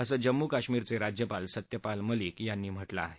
असं जम्मू काश्मीरचे राज्यपाल सत्यपाल मलिक यांनी म्हटलं आहे